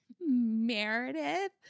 Meredith